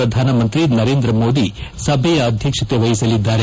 ಪ್ರಧಾನಮಂತ್ರಿ ನರೇಂದ್ರ ಮೋದಿ ಅವರು ಸಭೆಯ ಅಧ್ಯಕ್ಷತೆ ವಹಿಸಲಿದ್ದಾರೆ